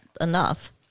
enough